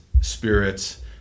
spirits